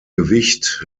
gewicht